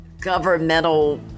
governmental